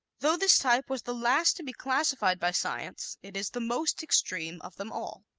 though this type was the last to be classified by science it is the most extreme of them all.